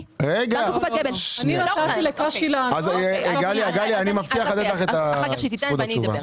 גלי, אתן לך את זכות התשובה.